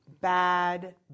bad